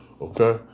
Okay